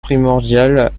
primordiale